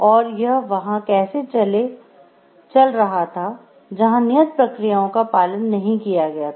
और यह वहां कैसे चल रहा था जहां नियत प्रक्रियाओं का पालन नहीं किया गया था